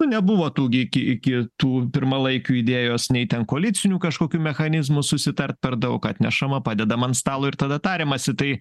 nu nebuvo tų gi iki iki tų pirmalaikių idėjos nei ten koalicinių kažkokių mechanizmų susitart per daug atnešama padedama ant stalo ir tada tariamasi tai